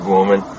woman